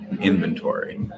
inventory